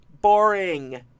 boring